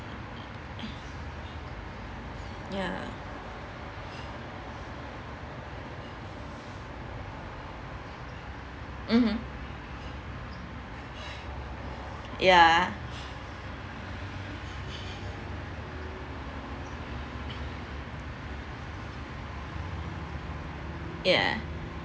ya mmhmm ya yeah